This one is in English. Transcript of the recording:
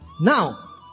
Now